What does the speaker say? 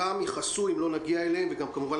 יודעים,